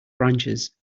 branches